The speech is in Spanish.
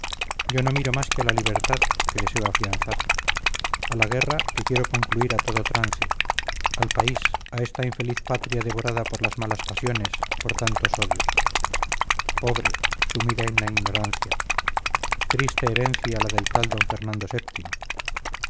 yo no miro más que a la libertad que deseo afianzar a la guerra que quiero concluir a todo trance al país a esta infeliz patria devorada por las malas pasiones por tantos odios pobre sumida en la ignorancia triste herencia la del tal d fernando